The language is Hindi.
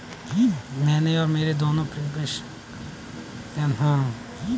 मैंने मेरे दोनों प्रीपेड सिम का रिचार्ज करवा दिया था